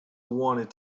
wanted